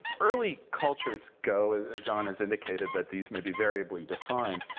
early cultures go, john has indicated that these may be variably defined.